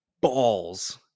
balls